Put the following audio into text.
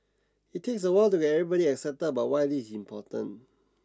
it takes a while to get everybody excited about why this is important